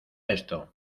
esto